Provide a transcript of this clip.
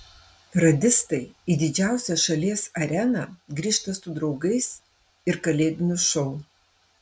radistai į didžiausią šalies areną grįžta su draugais ir kalėdiniu šou